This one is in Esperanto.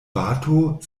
bato